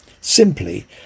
Simply